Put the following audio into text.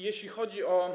Jeśli chodzi o.